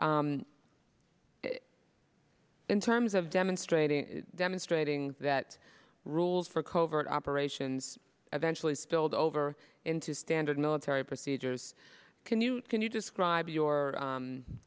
in terms of demonstrating demonstrating that rules for covert operations eventually spilled over into standard military procedures can you can you describe your